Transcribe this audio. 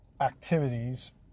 activities